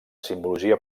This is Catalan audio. simbologia